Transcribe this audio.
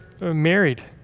married